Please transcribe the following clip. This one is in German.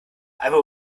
einen